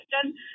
question